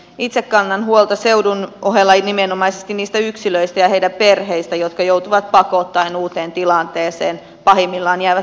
itse kannan huolta seudun ohella nimenomaisesti niistä yksilöistä ja heidän perheistään jotka joutuvat pakottaen uuteen tilanteeseen pahimmillaan jäävät vaille työtä